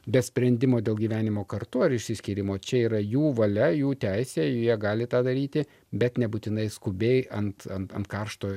be sprendimo dėl gyvenimo kartu ar išsiskyrimo čia yra jų valia jų teisė jie gali tą daryti bet nebūtinai skubiai ant ant ant karšto